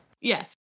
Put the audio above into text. yes